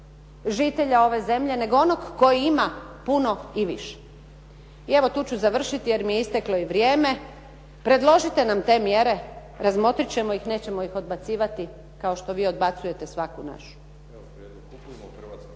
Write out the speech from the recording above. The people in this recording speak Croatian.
žitelja ove zemlje nego onog koji ima puno i više. I evo tu ću završiti jer mi je isteklo vrijeme, predložite nam te mjere, razmotriti ćemo ih, nećemo ih odbacivati kao što vi odbacujete svaku našu.